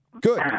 Good